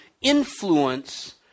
influence